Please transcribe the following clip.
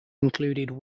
included